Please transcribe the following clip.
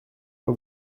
pas